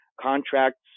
contracts